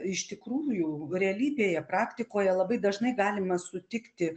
iš tikrųjų realybėje praktikoje labai dažnai galima sutikti